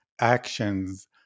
actions